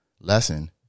lesson